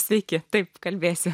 sveiki taip kalbėsiu